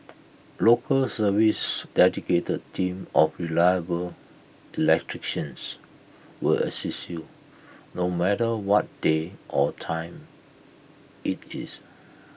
local service's dedicated team of reliable electricians will assist you no matter what day or time IT is